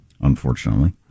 unfortunately